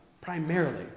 primarily